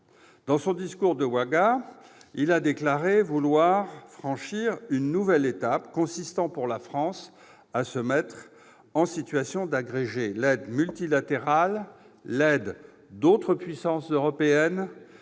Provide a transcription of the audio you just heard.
Président de la République a déclaré vouloir franchir une « nouvelle étape » consistant, pour la France, à se mettre « en situation d'agréger l'aide multilatérale, l'aide d'autres puissances européennes,